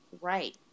right